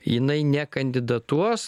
jinai nekandidatuos